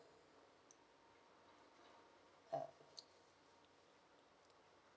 uh